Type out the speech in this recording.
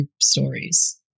stories